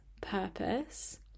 purpose